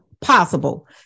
possible